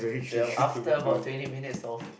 well after about twenty minutes of